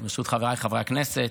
חבריי חברי הכנסת,